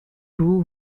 two